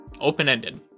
Open-ended